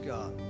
God